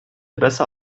besser